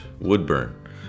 woodburn